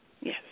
Yes